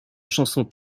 chanson